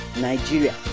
Nigeria